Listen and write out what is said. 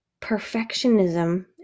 perfectionism